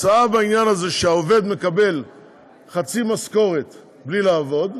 התוצאה של העניין הזה היא שהעובד מקבל חצי משכורת בלי לעבוד,